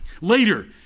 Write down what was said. Later